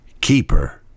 keeper